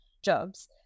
jobs